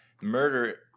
murder